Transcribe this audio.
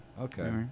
Okay